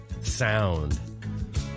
sound